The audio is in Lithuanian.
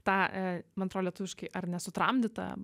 tą man atrodo lietuviškai ar nesutramdyta